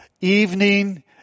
evening